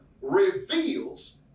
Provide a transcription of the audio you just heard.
reveals